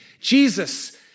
Jesus